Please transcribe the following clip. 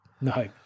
No